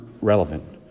relevant